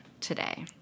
today